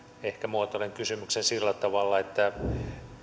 ehkä muotoilen kysymyksen sillä tavalla että